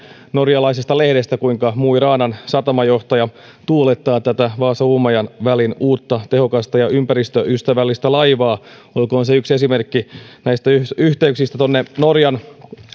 norjalaisesta lehdestä kuinka mo i ranan satamajohtaja tuulettaa tätä vaasa uumaja välin uutta tehokasta ja ympäristöystävällistä laivaa olkoon se yksi esimerkki näistä yhteyksistä tuonne norjan